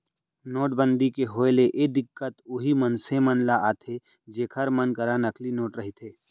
नोटबंदी के होय ले ए दिक्कत उहीं मनसे मन ल आथे जेखर मन करा नकली नोट रहिथे